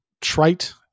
trite